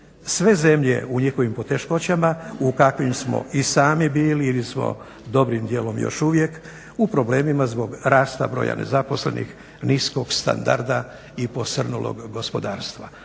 sve zemlje u njihovim poteškoćama u kakvim smo i sami bili ili smo dobrim dijelom još uvijek u problemima zbog rasta broja nezaposlenih, niskog standarda i posrnulog gospodarstva.